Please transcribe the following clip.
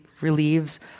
relieves